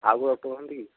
ଆଉ କେଉଁ ଡକ୍ଟର୍ ନାହାଁନ୍ତି କି